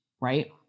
Right